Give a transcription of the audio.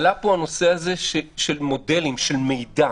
הנושא של מודלים של מידע.